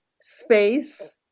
space